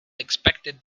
expected